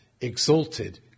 exalted